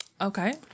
Okay